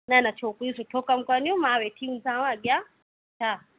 न न छोकिरियूं सुठो कम कंदियूं मां वेठी हूंदीसाव अॻियां हा